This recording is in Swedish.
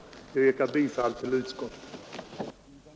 Jag yrkar bifall till utskottets hemställan.